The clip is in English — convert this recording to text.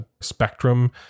spectrum